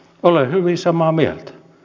olen hyvin samaa mieltä